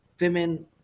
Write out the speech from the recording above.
women